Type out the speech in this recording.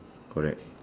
correct